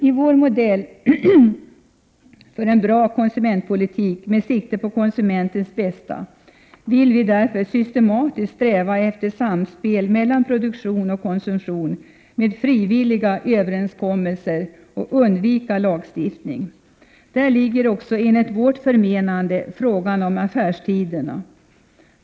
I vår modell för en bra konsumentpolitik, med sikte på konsumentens bästa, vill vi därför undvika lagstiftning och systematiskt sträva efter ett samspel mellan produktion och konsumtion med frivilliga överenskommelser. Där ligger också enligt vårt förmenande frågan om affärstiderna.